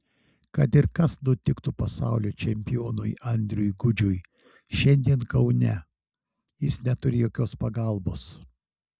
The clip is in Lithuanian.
kad ir kas nutiktų pasaulio čempionui andriui gudžiui šiandien kaune jis neturi jokios pagalbos